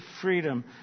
freedom